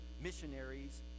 missionaries